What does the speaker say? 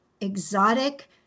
exotic